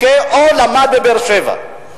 או למד בבאר-שבע,